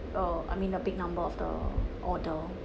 uh I mean a big number of the order